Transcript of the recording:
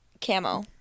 Camo